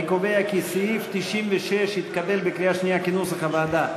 אני קובע כי סעיף 96 התקבל בקריאה שנייה כנוסח הוועדה.